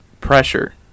pressure